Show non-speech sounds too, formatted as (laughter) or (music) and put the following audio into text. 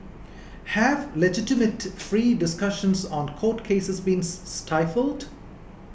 have legitimate free discussions on court cases been (noise) stifled